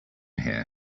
here